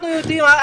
אנחנו יודעים,